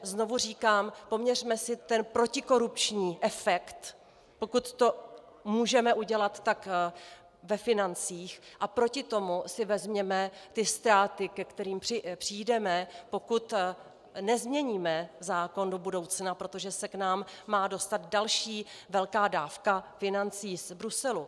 Znovu říkám, poměřme si protikorupční efekt, pokud to můžeme udělat, tak ve financích, a proti tomu si vezměme ty ztráty, ke kterým přijdeme, pokud nezměníme zákon do budoucna, protože se k nám má dostat další velká dávka financí z Bruselu.